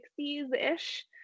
60s-ish